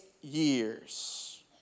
years